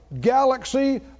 galaxy